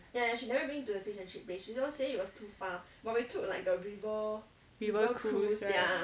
river cruise right